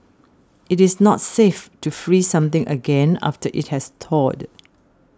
it is not safe to freeze something again after it has thawed